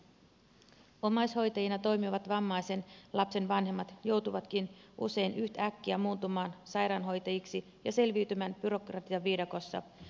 omais hoitajina toimivat vammaisen lapsen vanhemmat joutuvatkin usein yhtäkkiä muuntumaan sairaanhoitajiksi ja selviytymään byrokratiaviidakossa